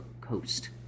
coast